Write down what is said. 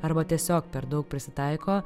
arba tiesiog per daug prisitaiko